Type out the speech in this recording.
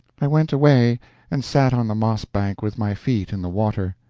i went away and sat on the moss-bank with my feet in the water.